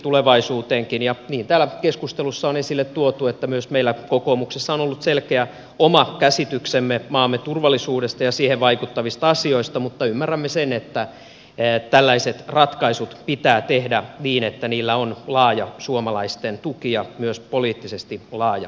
täällä keskustelussa on esille tuotu että myös meillä kokoomuksessa on ollut selkeä oma käsityksemme maamme turvallisuudesta ja siihen vaikuttavista asioista mutta ymmärrämme sen että tällaiset ratkaisut pitää tehdä niin että niillä on laaja suomalaisten tuki ja myös poliittisesti laaja kannatus